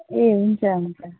ए हुन्छ हुन्छ